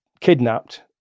kidnapped